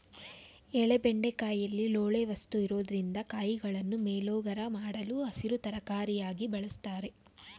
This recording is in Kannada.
ಎಳೆ ಬೆಂಡೆಕಾಯಿಲಿ ಲೋಳೆ ವಸ್ತು ಇರೊದ್ರಿಂದ ಕಾಯಿಗಳನ್ನು ಮೇಲೋಗರ ಮಾಡಲು ಹಸಿರು ತರಕಾರಿಯಾಗಿ ಬಳುಸ್ತಾರೆ